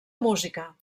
música